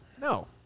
No